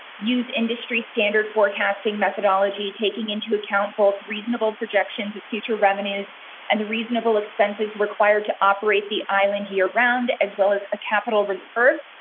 use industry, standard forecasting methodology, taking into account both reasonable projections of future revenues and the reasonable expenses required to operate the island g around as well as a capital reserve.